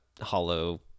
hollow